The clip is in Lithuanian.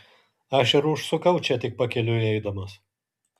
aš ir užsukau čia tik pakeliui eidamas